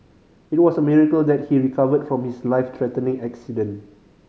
it was a miracle that he recovered from his life threatening accident